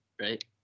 right